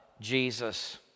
Jesus